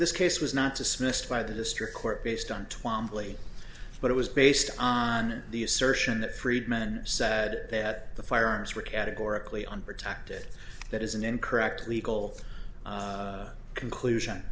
this case was not dismissed by the district court based on twamley but it was based on the assertion that friedman said that the firearms were categorically unprotected that is an incorrect legal conclusion